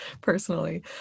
personally